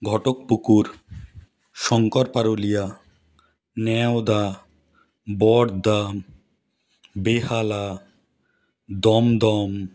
Ghatakpukur Shankar Parulia ন্ওদা বড়দাম Behala Dumdum